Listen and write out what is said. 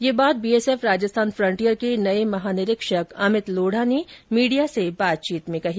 यह बात BSF Rajasthan frontier के नए महानिरीक्षक अमित लोढ़ा ने मीडिया से बातचीत में कही